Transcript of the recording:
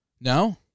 No